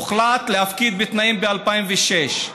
הוחלט להפקיד בתנאים ב-2006,